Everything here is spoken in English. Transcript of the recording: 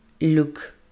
look